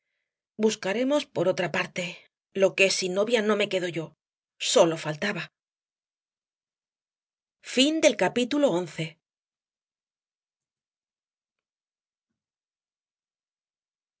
buscaremos por otra parte lo que es sin novia no me quedo yo sólo faltaba